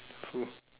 food